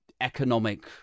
economic